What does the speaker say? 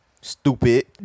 Stupid